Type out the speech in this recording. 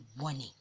warning